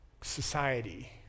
society